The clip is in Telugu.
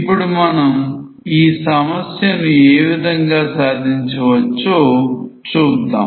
ఇప్పుడు మనం ఈ సమస్యను ఏ విధంగా సాధించవచ్చో చూద్దాం